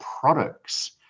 products